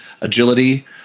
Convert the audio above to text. agility